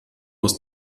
aus